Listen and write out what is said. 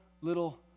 little